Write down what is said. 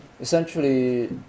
Essentially